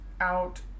out